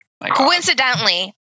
Coincidentally